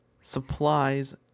supplies